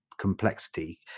complexity